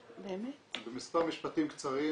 במספר משפטים קצרים,